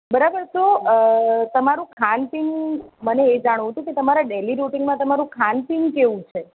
બરાબર તો તમારું ખાનપાન મને એ જાણવું હતું કે તમારા ડેલી રુટિનમાં તમારૂં ખાનપાન કેવું છે